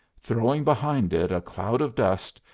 throwing behind it a cloud of dust,